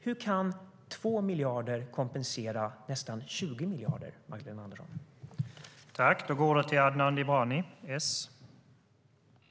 Hur kan 2 miljarder kompensera för nästan 20 miljarder, Magdalena Andersson?